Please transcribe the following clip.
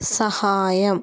സഹായം